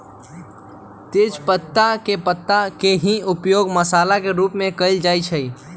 तेजपत्तवा में पत्ता के ही उपयोग मसाला के रूप में कइल जा हई